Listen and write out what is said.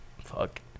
fuck